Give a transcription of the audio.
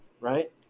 right